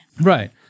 Right